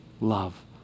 love